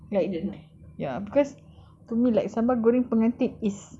like ya because to me like sambal goreng pengantin is